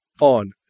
on